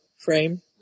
Frame